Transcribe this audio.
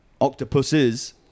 octopuses